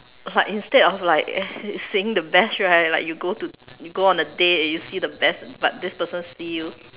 but instead of like seeing the best right like you go to you go on a date and you see the best but this person see you